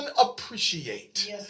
appreciate